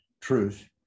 truth